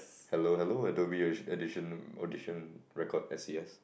hello hello Adobe edi~ edition audition record S E S